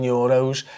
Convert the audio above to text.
euros